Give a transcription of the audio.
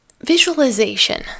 Visualization